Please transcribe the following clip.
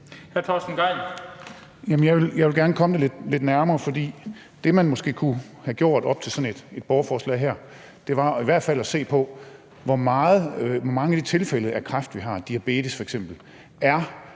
jeg vil gerne komme det lidt nærmere. Det, man måske kunne have gjort op til sådan et borgerforslag her, var i hvert fald at se på, hvor mange af de tilfælde af kræft og f.eks. diabetes, vi